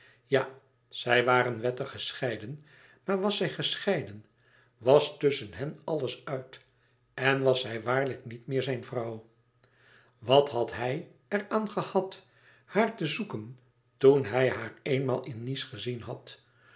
ja zij waren wettig gescheiden maar wàs zij gescheiden was tusschen hen alles uit en wàs zij waarlijk niet meer zijn vrouw wat had hij er aan gehad haar te zoeken toen hij haar eenmaal in nice gezien had